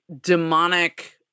demonic